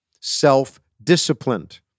Self-disciplined